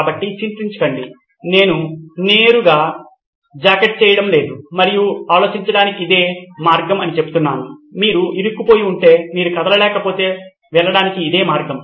కాబట్టి చింతించకండి నేను నేరుగా నిన్ను జాకెట్ చేయటం లేదు మరియు ఆలోచించటానికి ఇదే మార్గం అని చెప్తున్నాను మీరు ఇరుక్కుపోయి ఉంటే మీరు కదలలేకపోతే వెళ్ళడానికి ఇదే మార్గం